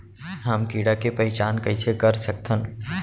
हम कीड़ा के पहिचान कईसे कर सकथन